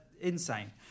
insane